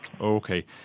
Okay